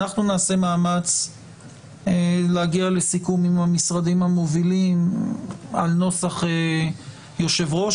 אנחנו נעשה מאמץ להגיע לסיכום עם המשרדים המובילים על נוסח יושב-ראש.